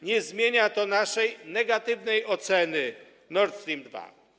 Nie zmienia to naszej negatywnej oceny Nord Stream 2.